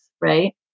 right